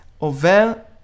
over